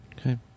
Okay